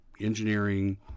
engineering